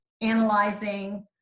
analyzing